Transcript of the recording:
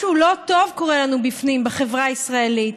משהו לא טוב קורה לנו בפנים, בחברה הישראלית,